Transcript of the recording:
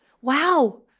Wow